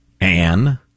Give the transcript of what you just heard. Anne